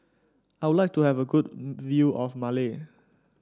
I would like to have a good view of Male